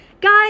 Guys